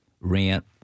rent